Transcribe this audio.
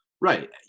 Right